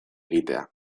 egitea